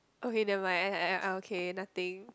okay never mind I I I okay nothing